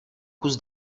kus